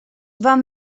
vam